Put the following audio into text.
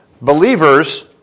believers